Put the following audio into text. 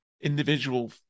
individual